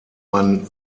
man